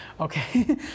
Okay